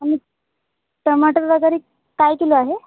आणि टमाटर वगैरे काय किलो आहे